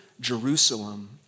Jerusalem